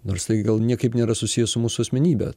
nors tai gal niekaip nėra susiję su mūsų asmenybe